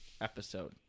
episode